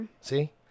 See